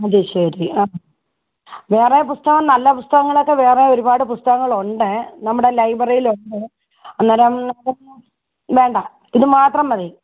അതുശരി ആ വേറെ പുസ്തകം നല്ല പുസ്തകങ്ങളൊക്കെ വേറെ ഒരുപാട് പുസ്തകങ്ങളുണ്ട് നമ്മുടെ ലൈബ്രറിയിൽ ഉണ്ട് അന്നേരം വേണ്ട ഇത് മാത്രം മതി